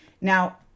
Now